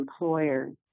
employers